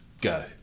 go